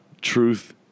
Truth